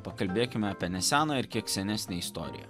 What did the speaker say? pakalbėkime apie neseną ir kiek senesnę istoriją